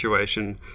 situation